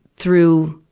through